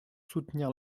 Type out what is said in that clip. soutenir